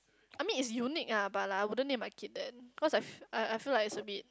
I mean it's unique ah but lah I wouldn't name my kid that cause I f~ I I feel like it's a bit